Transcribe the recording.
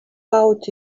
out